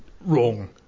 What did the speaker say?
wrong